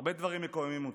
הרבה דברים מקוממים אותי,